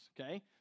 okay